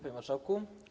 Panie Marszałku!